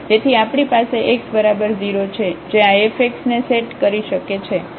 તેથી આપણી પાસે x બરાબર 0 છે જે આ fx ને સેટ કરી શકે છે